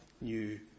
new